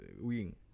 wing